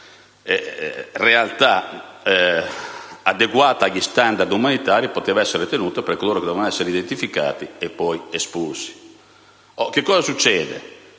realtà, adeguata agli *standard* umanitari, poteva essere garantita a coloro che dovevano essere identificati e poi espulsi. Cosa succede?